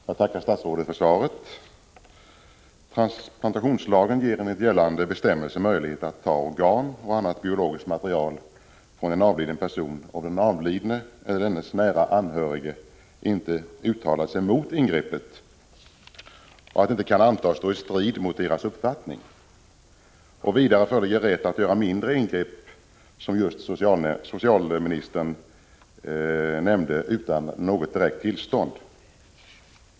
Herr talman! Jag tackar statsrådet för svaret. Transplantationslagen ger enligt gällande bestämmelser möjlighet att ta organ och annat biologiskt material från avliden person om den avlidna personen eller dennes nära anhöriga inte uttalar sig mot ingreppet och det inte kan antas stå i strid mot deras uppfattning. Vidare får man, som socialministern just nämnde, göra mindre ingrepp utan något direkt tillstånd.